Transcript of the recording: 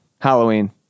Halloween